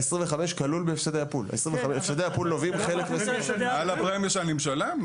על הפרמיה שאני משלם?